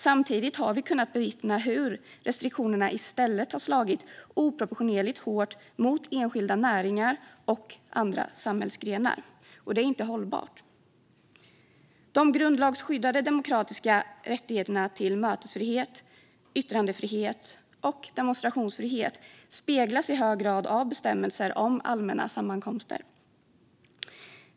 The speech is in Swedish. Samtidigt har vi kunnat bevittna hur restriktionerna i stället har slagit oproportionerligt hårt mot enskilda näringar och andra samhällsgrenar. Det är inte hållbart. De grundlagsskyddade demokratiska rättigheterna mötesfrihet, yttrandefrihet och demonstrationsfrihet speglas i hög grad av bestämmelser om allmänna sammankomster.